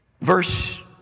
Verse